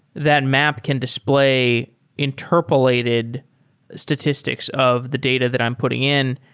that map can display interpolated statistics of the data that i'm putting in.